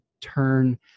turn